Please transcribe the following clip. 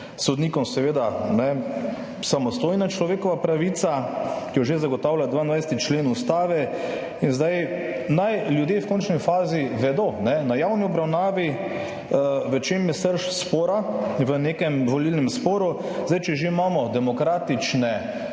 sodnikom, seveda, samostojna človekova pravica, ki jo že zagotavlja 22. člen Ustave, in naj ljudje v končni fazi vedo, v čem je na javni obravnavi srž spora v nekem volilnem sporu. Če že imamo demokratične